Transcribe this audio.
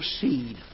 seed